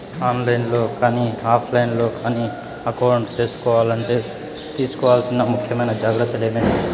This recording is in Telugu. ఆన్ లైను లో కానీ ఆఫ్ లైను లో కానీ అకౌంట్ సేసుకోవాలంటే తీసుకోవాల్సిన ముఖ్యమైన జాగ్రత్తలు ఏమేమి?